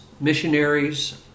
missionaries